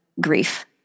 grief